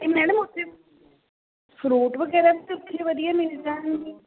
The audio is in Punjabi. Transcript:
ਅਤੇ ਮੈਡਮ ਉੱਥੇ ਫਰੂਟ ਵਗੈਰਾ ਵੀ ਉੱਥੇ ਵਧੀਆ ਮਿਲ ਜਾਣਗੇ